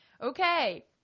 Okay